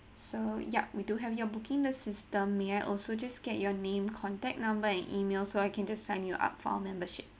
so yup we do have your booking in the system may I also just get your name contact number and email so I can just sign you up for membership